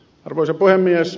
arvoisa puhemies